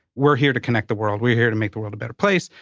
we're here to connect the world. we're here to make the world a better place.